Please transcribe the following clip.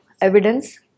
evidence